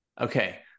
Okay